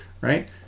right